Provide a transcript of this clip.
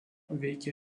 veikia